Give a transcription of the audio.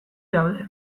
daude